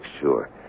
sure